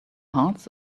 hearts